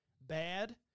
bad